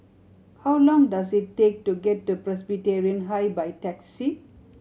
how long does it take to get to Presbyterian High by taxi